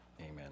Amen